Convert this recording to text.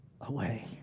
away